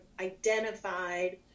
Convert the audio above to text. identified